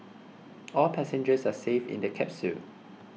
all passengers are safe in the capsule